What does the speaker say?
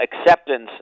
acceptance